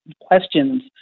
questions